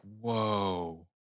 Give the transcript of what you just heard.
whoa